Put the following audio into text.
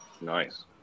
Nice